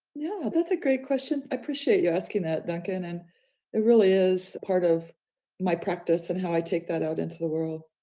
yeah, that's a great question. i appreciate you asking that back in. and it really is part of my practice and how i take that out into the world.